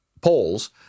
polls